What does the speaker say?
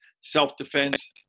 self-defense